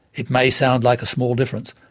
it may sound like a small difference,